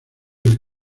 del